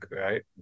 Right